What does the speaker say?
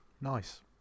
Nice